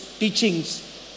Teachings